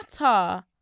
matter